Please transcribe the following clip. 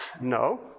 no